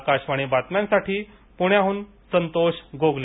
आकाशवाणी बातम्यांसाठी पुण्याहून संतोष गोगले